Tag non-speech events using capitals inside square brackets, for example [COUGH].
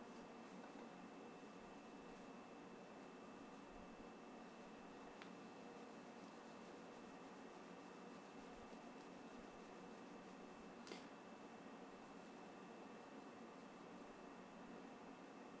[NOISE]